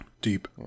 Deep